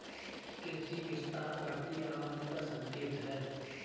कृषि विस्तार बढ़ती आबादी का संकेत हैं